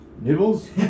Nibbles